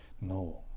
No